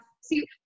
See